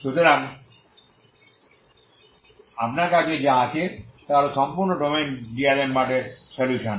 সুতরাং আপনার কাছে যা আছে তা হল সম্পূর্ণ ডোমেইনে ডিআলেমবার্টের DAlembert এর সলিউশন